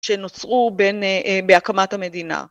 שנוצרו בין א...בהקמת המדינה.